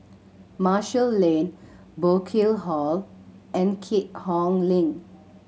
Marshall Lane Burkill Hall and Keat Hong Link